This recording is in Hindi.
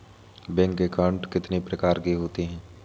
बैंक अकाउंट कितने प्रकार के होते हैं?